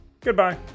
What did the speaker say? Goodbye